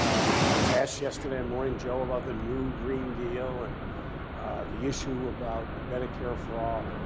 i was asked yesterday and morning, joe, about the new green deal and the issue about medicare for all.